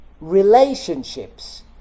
relationships